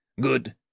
Good